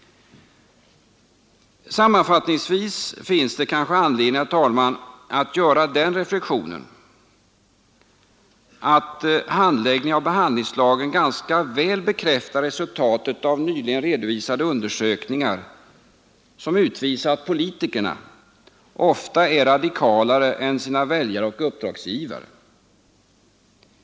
Sammanfattningsvis finns det kanske anledning, herr talman, att göra den reflexionen att handläggningen av behandlingslagen ganska väl bekräftar resultatet av nyligen redovisade undersökningar som visar att politikerna ofta är radikalare än sina väljare och uppdragsgivare.